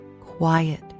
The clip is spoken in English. Quiet